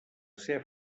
ser